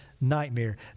nightmare